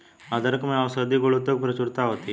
अदरक में औषधीय गुणों की प्रचुरता होती है